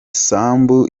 sambu